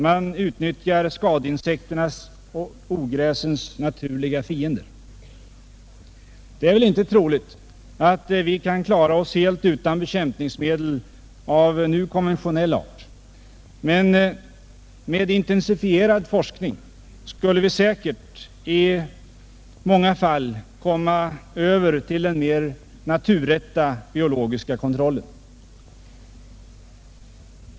Man utnyttjar skadeinsekternas och ogräsens naturliga fiender. Det är väl inte troligt att vi kan klara oss helt utan bekämpningsmedel av nu konventionell art, men med intensifierad forskning skulle vi utan tvivel i många fall komma över till den mer naturrätta biologiska kontrollen.